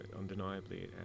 undeniably